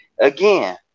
again